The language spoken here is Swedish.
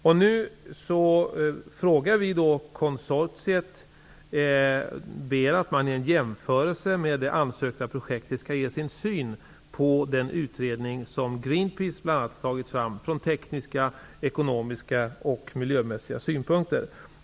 Vi ber nu alltså konsortiet att i en jämförelse med det ansökta projektet ge sin syn på den utredning som bl.a. Greenpeace har tagit fram, från tekniska, ekonomiska och miljömässiga synpunkter.